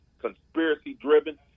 conspiracy-driven